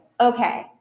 okay